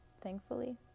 thankfully